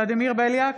ולדימיר בליאק,